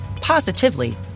positively